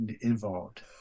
involved